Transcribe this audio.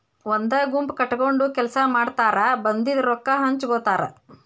ಒಂದ ಗುಂಪ ಕಟಗೊಂಡ ಕೆಲಸಾ ಮಾಡತಾರ ಬಂದಿದ ರೊಕ್ಕಾ ಹಂಚಗೊತಾರ